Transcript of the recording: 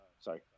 sorry